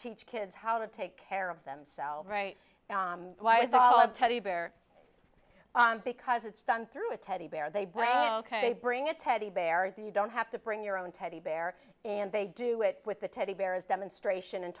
teach kids how to take care of themselves right why is all of teddy bear because it's done through a teddy bear they brought out ok bring a teddy bear that you don't have to bring your own teddy bear and they do it with the teddy bears demonstration and